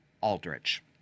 Aldrich